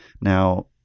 Now